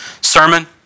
sermon